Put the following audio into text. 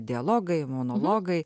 dialogai monologai